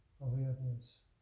awareness